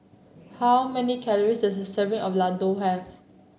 how many calories does serving of Ladoo have